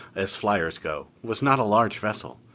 as flyers go, was not a large vessel.